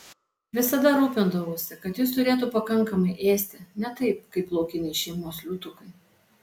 visada rūpindavausi kad jis turėtų pakankamai ėsti ne taip kaip laukiniai šeimos liūtukai